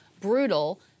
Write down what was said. brutal